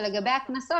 ולגבי הקנסות,